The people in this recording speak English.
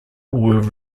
were